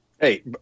hey